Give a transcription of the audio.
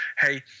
Hey